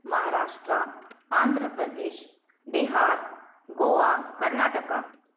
Maharashtra Andhra Pradesh Bihar Goa Karnataka